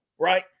Right